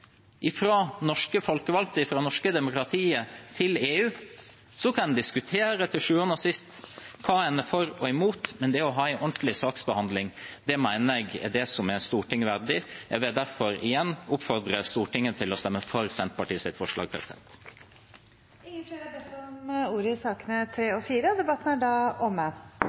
norske folkevalgte, fra det norske demokratiet, til EU. Så kan en til syvende og sist diskutere hva en er for og imot, men det å ha en ordentlig saksbehandling mener jeg er Stortinget verdig. Jeg vil derfor igjen oppfordre Stortinget til å stemme for Senterpartiets forslag. Flere har ikke bedt om ordet til sakene nr. 3 og 4. Etter ønske fra komiteen vil presidenten ordne debatten